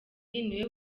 niwe